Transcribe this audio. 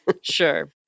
Sure